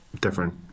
different